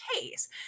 case